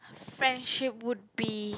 friendship would be